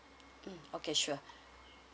mm okay sure